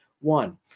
one